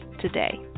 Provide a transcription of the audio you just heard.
today